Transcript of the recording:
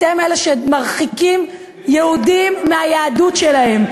אתם אלה שמרחיקים יהודים מהיהדות שלהם.